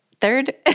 Third